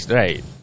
right